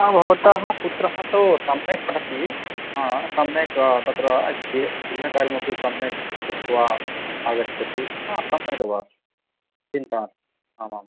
हा भवतः पुत्रः तु सम्यक् पठति सम्यक् तत्र अस्ति गृहकार्यमपि सम्यक् कृत्वा आगच्छति हा सम्यगेव चिन्ता नास्ति आमाम्